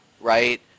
right